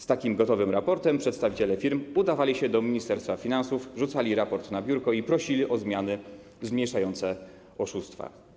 Z takim gotowym raportem przedstawiciele firm udawali się do Ministerstwa Finansów, rzucali raport na biurko i prosili o zmiany zmniejszające oszustwa.